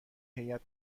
هیات